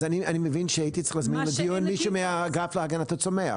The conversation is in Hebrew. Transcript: אז אני מבין שהייתי צריך להזמין לדיון מישהו מהאגף להגנת הצומח,